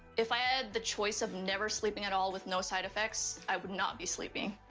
if i had the choice of never sleeping at all with no side effects, i would not be sleeping.